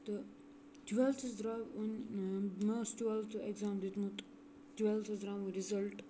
تہٕ ٹُوٮ۪لتھَس درٛاو وۄنۍ مےٚ اوس ٹُوٮ۪لتھٕ اٮ۪کزام دیُتمُت ٹُوٮ۪لتھَس درٛاو وۄنۍ رِزَلٹ